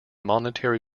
monetary